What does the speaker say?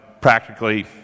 practically